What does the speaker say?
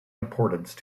importance